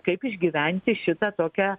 kaip išgyventi šitą tokią